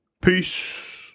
Peace